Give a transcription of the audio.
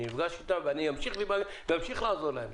אני נפגש איתם ואמשיך לעזור להם,